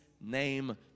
name